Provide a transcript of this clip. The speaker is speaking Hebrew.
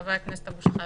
חבר הכנסת אבו שחאדה.